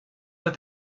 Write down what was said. that